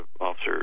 officer